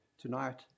tonight